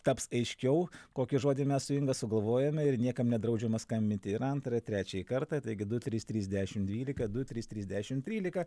taps aiškiau kokį žodį mes su inga sugalvojome ir niekam nedraudžiama skambinti ir antrą trečiąjį kartą taigi du trys trys dešim dvylika du trys trys dešim trylika